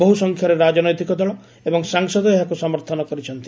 ବହ୍ସଂଖ୍ୟାରେ ରାକନୈତିକ ଦଳ ଏବଂ ସାଂସଦ ଏହାକୁ ସମର୍ଥନ କରିଛନ୍ତି